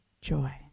joy